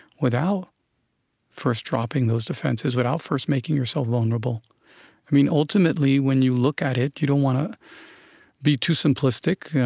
without first dropping those defenses, without first making yourself vulnerable i mean ultimately, when you look at it you don't want to be too simplistic,